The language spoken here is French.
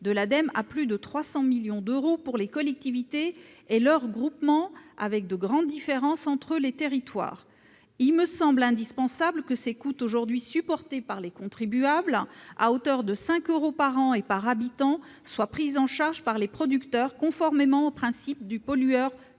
de l'Ademe, à plus de 300 millions d'euros pour les collectivités territoriales et leurs groupements ; on observe également de grandes différences entre les territoires. Il me semble indispensable que ces coûts, aujourd'hui supportés par les contribuables à hauteur de 5 euros par an et par habitant, soient pris en charge par les producteurs conformément au principe du pollueur-payeur,